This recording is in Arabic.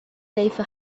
كيف